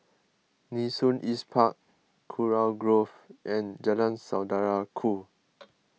Nee Soon East Park Kurau Grove and Jalan Saudara Ku